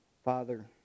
father